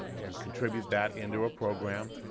and contribute that into a program.